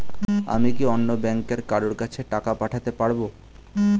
আমি কি অন্য ব্যাংকের কারো কাছে টাকা পাঠাতে পারেব?